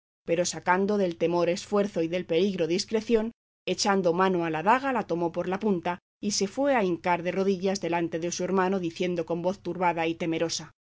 pero sacando del temor esfuerzo y del peligro discreción echando mano a la daga la tomó por la punta y se fue a hincar de rodillas delante de su hermano diciendo con voz turbada y temerosa